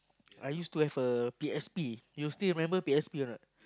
I used to have a P_S_P you still remember P_S_P or not